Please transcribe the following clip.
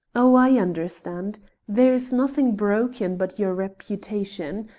oh, i understand there is nothing broken but your reputation.